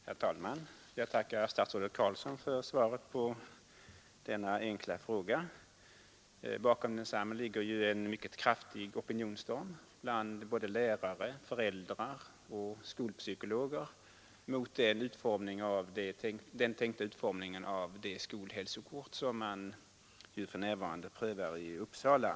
Herr talman! Jag tackar statsrådet Carlsson för svaret på min enkla fråga. Bakom densamma ligger ju en mycket kraftig opinionsstorm bland lärare, föräldrar och skolpsykologer mot den tänkta utformningen av det skolhälsokort som man för närvarande prövar i Uppsala.